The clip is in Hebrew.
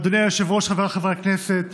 אדוני היושב-ראש, חבריי חברי הכנסת,